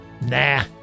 nah